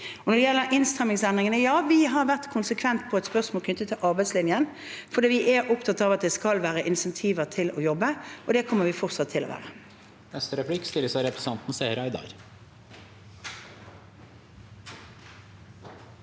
Når det gjelder innstrammingsendringene: Ja, vi har vært konsekvente på spørsmål knyttet til arbeidslinjen, for vi er opptatt av at det skal være insentiver til å jobbe, og det kommer vi fortsatt til å være.